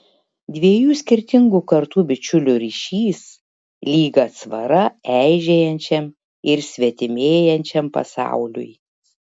dviejų skirtingų kartų bičiulių ryšys lyg atsvara eižėjančiam ir svetimėjančiam pasauliui